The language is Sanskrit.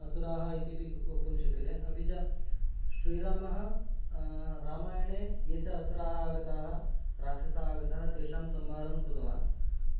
असुराः इत्यपि वक्तुं शक्यन्ते अपि च श्रीरामः रामायणे ये च असुराः आगताः राक्षसाः आगताः तेषां संहारं कृतवान्